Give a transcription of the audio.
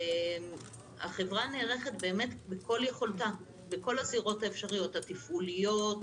החברה נערכת בכל יכולתה בכל הזירות האפשריות: התפעוליות,